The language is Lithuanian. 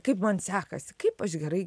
kaip man sekasi kaip aš gerai